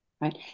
right